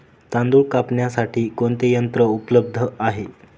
तांदूळ कापण्यासाठी कोणते यंत्र उपलब्ध आहे?